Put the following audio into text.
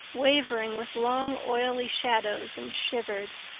wavering with long, oily shadows, and shivered.